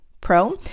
Pro